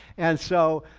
and so,